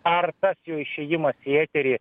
ar tas jo išėjimas į eterį